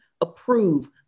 approve